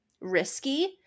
risky